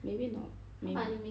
maybe not maybe